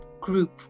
group